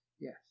Yes